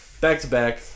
back-to-back